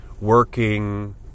working